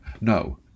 No